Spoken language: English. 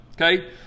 Okay